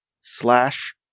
slash